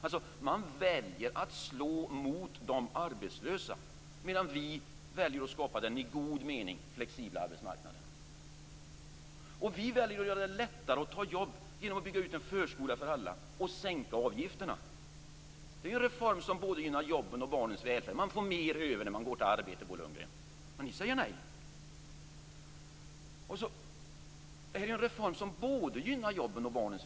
Man väljer att slå mot de arbetslösa, medan vi väljer att skapa den i god mening flexibla arbetsmarknaden. Vi väljer att göra det lättare att ta jobb genom att bygga ut en förskola för alla och sänka avgifterna. Det är en reform som gynnar både jobben och barnens välfärd. Man får mer över när man går till arbete, Bo Lundgren. Men ni säger nej.